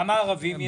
כמה ערבים יש?